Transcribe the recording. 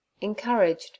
Encouraged